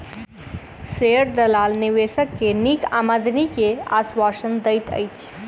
share दलाल निवेशक के नीक आमदनी के आश्वासन दैत अछि